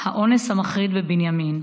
האונס המחריד בבנימין.